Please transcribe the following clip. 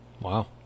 wow